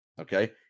okay